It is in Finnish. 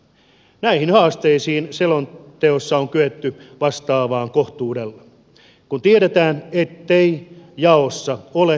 näihin haasteisiin selonteossa on kyetty vastaamaan kohtuudella kun tiedetään ettei jaossa ole ylimääräisiä miljardeja